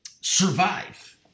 survive